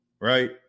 Right